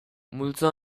multzo